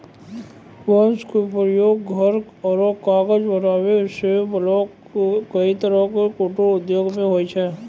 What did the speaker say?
बांस के उपयोग घर आरो कागज बनावै सॅ लैक कई तरह के कुटीर उद्योग मॅ होय छै